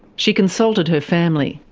she consulted her family.